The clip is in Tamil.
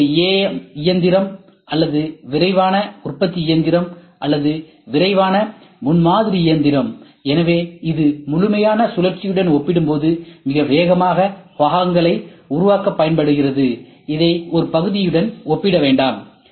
இது ஒரு AM இயந்திரம் அல்லது விரைவான உற்பத்தி இயந்திரம் அல்லது விரைவான முன்மாதிரி இயந்திரம் எனவே இது முழுமையான சுழற்சியுடன் ஒப்பிடும்போது மிக வேகமாக பாகங்களை உருவாக்க பயன்படுகிறது இதை ஒரு பகுதியுடன் ஒப்பிட வேண்டாம்